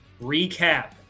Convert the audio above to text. recap